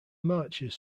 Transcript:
marchers